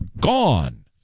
gone